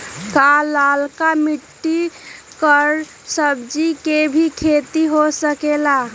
का लालका मिट्टी कर सब्जी के भी खेती हो सकेला?